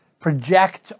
project